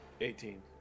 Eighteen